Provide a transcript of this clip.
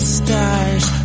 stars